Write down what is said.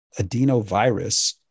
adenovirus